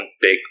big